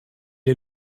est